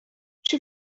czy